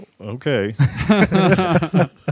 Okay